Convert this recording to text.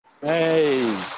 Hey